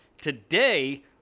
Today